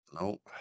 Nope